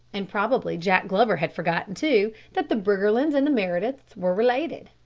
and probably jack glover had forgotten too, that the briggerlands and the merediths were related.